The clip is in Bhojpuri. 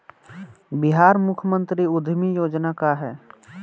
बिहार मुख्यमंत्री उद्यमी योजना का है?